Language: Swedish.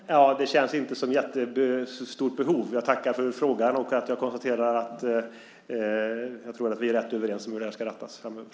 Fru talman! Det känns inte som att det finns ett jättestort behov av ett slutinlägg, men jag tackar för möjligheten. Jag konstaterar att vi nog är rätt överens om hur det ska rattas framöver.